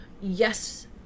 yes